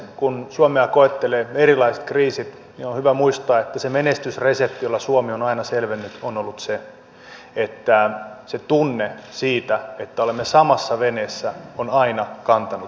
kun suomea koettelevat erilaiset kriisit on hyvä muistaa että se menestysresepti jolla suomi on aina selvinnyt on ollut se että se tunne siitä että olemme samassa veneessä on aina kantanut yli tyrskyjen